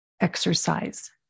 exercise